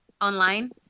online